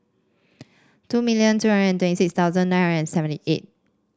two million two hundred and twenty six thousand nine hundred and seventy eight